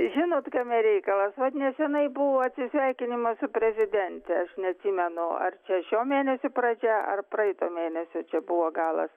žinot kame reikalas vat nesenai buvo atsisveikinimas su prezidente aš neatsimenu ar čia šio mėnesio pradžia ar praeito mėnesio čia buvo galas